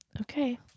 Okay